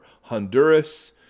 Honduras